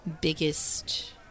biggest